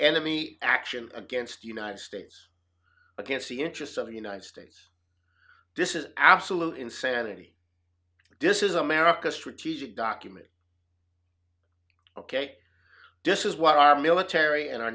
enemy action against united states against the interests of the united states this is absolute insanity this is america's strategic document ok this is what our military and our